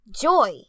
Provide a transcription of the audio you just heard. Joy